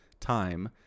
time